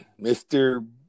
Mr